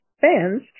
fans